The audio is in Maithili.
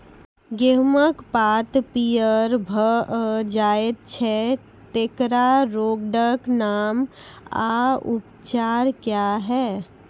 गेहूँमक पात पीअर भअ जायत छै, तेकरा रोगऽक नाम आ उपचार क्या है?